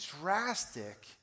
drastic